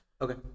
Okay